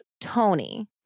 Tony